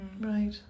Right